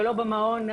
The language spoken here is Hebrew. ולא במעון הכללי,